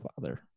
father